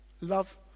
Love